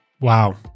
Wow